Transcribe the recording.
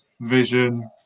vision